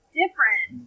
different